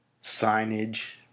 signage